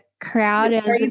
crowd